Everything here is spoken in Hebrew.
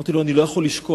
אמרתי לו: אני לא יכול לשכוח.